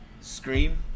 Scream